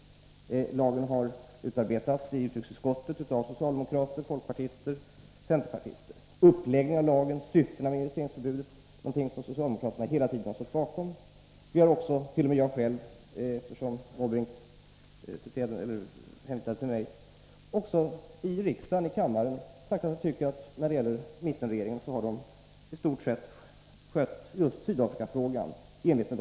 Lagen har utarbetats i utrikesutskottet av socialdemokrater, folkpartister och centerpartister. Uppläggningen av lagen och syftena med investeringsförbudet har socialdemokraterna hela tiden stått bakom. Vi har också i kammaren framhållit att vi tycker att mittenregeringen i stort sett har skött Sydafrikafrågan i enlighet med de intentioner som har utarbetats i utrikesutskottet av 55 bl.a. socialdemokraterna.